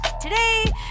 Today